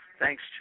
Thanks